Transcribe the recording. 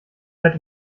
seid